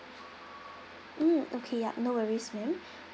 mm okay yup no worries ma'am